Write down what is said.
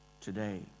today